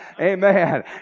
Amen